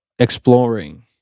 Exploring